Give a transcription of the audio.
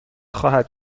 خواهد